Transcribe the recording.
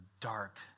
dark